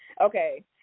Okay